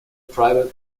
private